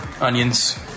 onions